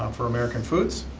um for american foods.